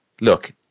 look